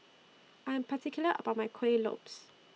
I Am particular about My Kuih Lopes